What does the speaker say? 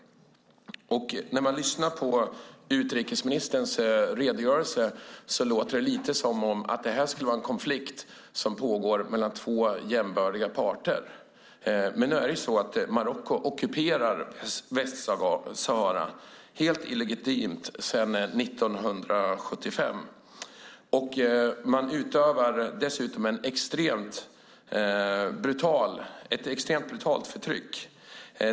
När man lyssnar på utrikesministerns redogörelse låter det lite som om det här skulle vara en konflikt som pågår mellan två jämbördiga parter, men Marocko ockuperar Västsahara helt illegitimt sedan 1975. Man utövar dessutom ett extremt brutalt förtryck.